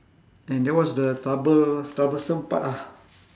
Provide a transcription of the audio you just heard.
and that was the trouble troublesome part ah